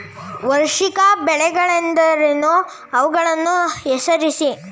ವಾರ್ಷಿಕ ಬೆಳೆಗಳೆಂದರೇನು? ಅವುಗಳನ್ನು ಹೆಸರಿಸಿ?